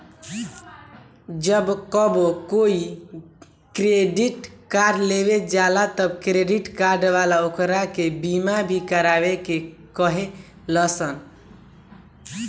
जब कबो कोई क्रेडिट कार्ड लेवे जाला त क्रेडिट कार्ड वाला ओकरा के बीमा भी करावे के कहे लसन